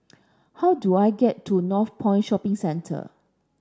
how do I get to Northpoint Shopping Centre